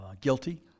Guilty